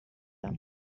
them